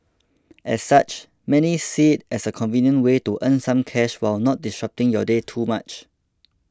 as such many see it as a convenient way to earn some cash while not disrupting your day too much